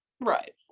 Right